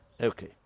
Okay